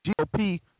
GOP